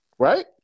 Right